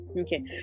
Okay